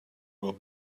will